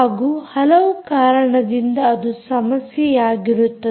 ಹಾಗೂ ಹಲವು ಕಾರಣದಿಂದ ಅದು ಸಮಸ್ಯೆಯಾಗಿರುತ್ತದೆ